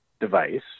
device